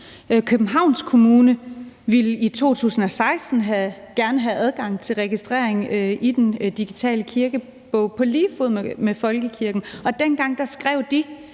Københavns Kommune ville i 2016 gerne have adgang til registrering i den digitale kirkebog på lige fod med folkekirken, og dengang skrev de: